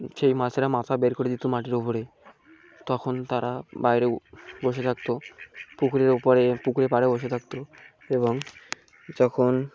সেই মাসেরা মাথা বের করে দিতো মাটির ওপরে তখন তারা বাইরে বসে থাকতো পুকুরের ওপরে পুকুরে পাড়ে বসে থাকতো এবং যখন